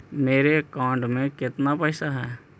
मेरे अकाउंट में केतना पैसा है?